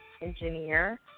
engineer